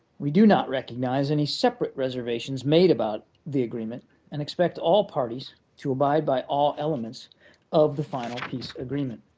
we do not recognize any separate reservations made about the agreement and expect all parties to abide by all elements of the final peace agreement.